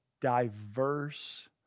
diverse